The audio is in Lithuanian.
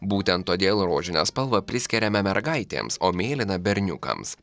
būtent todėl rožinę spalvą priskiriame mergaitėms o mėlyną berniukams